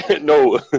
no